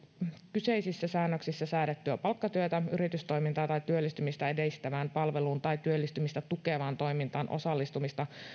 kyseisissä säännöksissä säädettyä palkkatyötä yritystoimintaa tai työllistymistä edistävään palveluun tai työllistymistä tukevaan toimintaan osallistumista